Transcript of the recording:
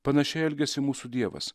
panašiai elgiasi mūsų dievas